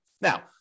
Now